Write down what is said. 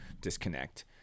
disconnect